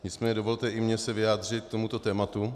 Nicméně dovolte i mně se vyjádřit k tomuto tématu.